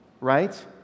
right